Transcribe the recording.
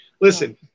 Listen